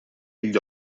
gli